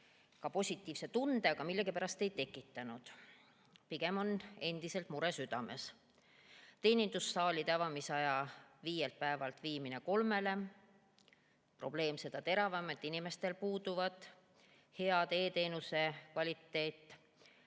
positiivse tunde, aga millegipärast ei tekitanud. Pigem on endiselt mure südames. Teenindussaalide tööaeg viiakse viielt päevalt nädalas kolmele. Probleem on seda teravam, et inimestel puudub e‑teenuse hea kvaliteet,